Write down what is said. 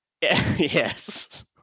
yes